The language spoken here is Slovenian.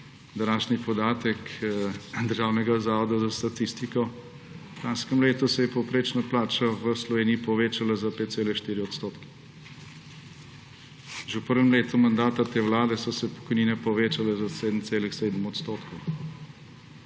današnji podatek državnega zavoda za statistiko – v lanskem letu se je povprečna plača v Sloveniji povečala za 5,4 %. Že v prvem letu mandata te vlade so se pokojnine povečale za 7,7 %.